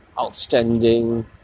outstanding